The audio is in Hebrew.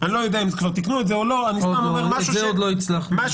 אני לא יודע אם כבר תיקנו את זה או לא -- את זה עדיין לא הצלחנו לתקן.